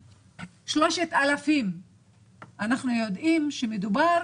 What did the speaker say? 3,000. אנחנו יודעים שמדובר,